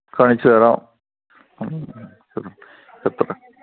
കാണിച്ച് തരാം എത്ര